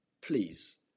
Please